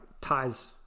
ties